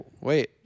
Wait